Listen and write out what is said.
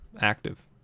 active